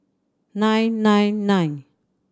nine nine nine